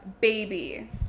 baby